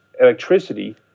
electricity